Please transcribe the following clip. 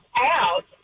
out